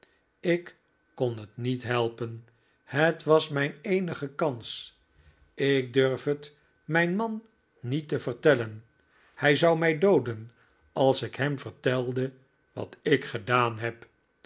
ik kon het niet helpen het was mijn eenige kans ik durf het mijn man niet te vertellen hij zou mij dooden als ik hem vertelde wat ik gedaan heb